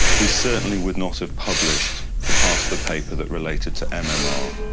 we certainly would not have published the part of the paper that related to and mmr.